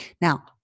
Now